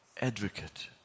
advocate